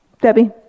Debbie